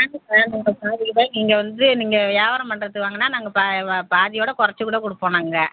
இப்ப உங்கள் பாதிக்கு பாதி நீங்கள் வந்து நீங்கள் வியாபாரம் பண்ணுறதுக்கு வாங்கினா நாங்கள் பா பாதியோடு குறைச்சு கூட கொடுப்போம் நாங்கள்